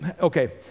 Okay